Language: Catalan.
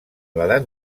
l’edat